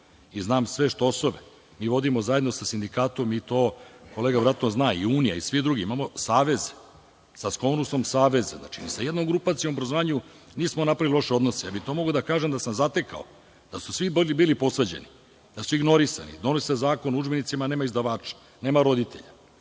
i znam sve štosove i vodimo zajedno sa sindikatom, to kolega verovatno zna, i unija i svi drugi, imamo savez sa Konusom, znači, ni sa jednom grupacijom u obrazovanju nismo napravili loše odnose, ali to mogu da kažem da sam zatekao, da su svi bili posvađani, da su ignorisani. Donosi se zakon o udžbenicima, a nema izdavača, nema roditelja.